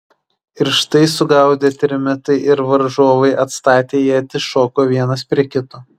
ir štai sugaudė trimitai ir varžovai atstatę ietis šoko vienas prie kito